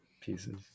pieces